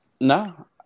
No